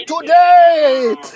today